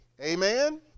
Amen